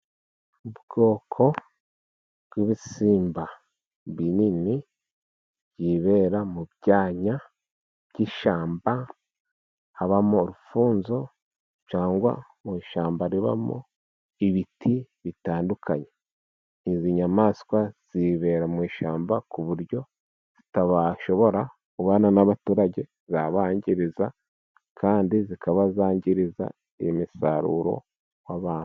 Ubwoko bw'ibisimba binini byibera mu byanya by'ishyamba habamo urufunzo cyangwa mu ishyamba ribamo ibiti bitandukanye. Izi nyamaswa zibera mu ishyamba ku buryo zitashobora kubana n'abaturage zabangiriza kandi zikaba zangiriza imisaruro y'abantu.